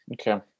Okay